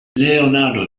leonardo